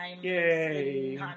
Yay